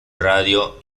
radio